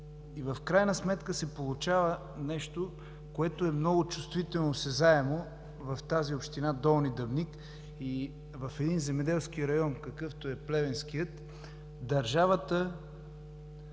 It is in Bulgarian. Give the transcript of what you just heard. но в крайна сметка се получава нещо, което е много чувствително, осезаемо в тази община Долни Дъбник и в един земеделски район, какъвто е Плевенският, държавата